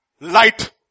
Light